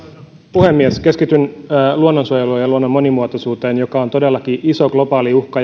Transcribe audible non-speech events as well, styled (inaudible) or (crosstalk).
puhemies keskityn luonnonsuojeluun ja luonnon monimuotoisuuteen joissa on todellakin iso globaali uhka (unintelligible)